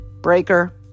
Breaker